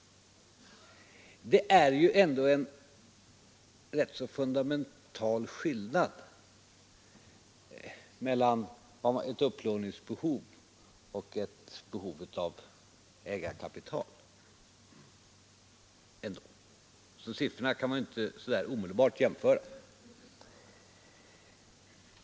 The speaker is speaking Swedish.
Men det är ju ändå en rätt fundamental skillnad mellan ett upplåningsbehov och ett behov av ägarkapital. De siffrorna kan man inte omedelbart jämföra.